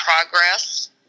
progress